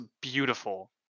beautiful